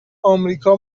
امریکا